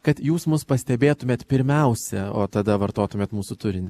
kad jūs mus pastebėtumėt pirmiausia o tada vartotumėt mūsų turinį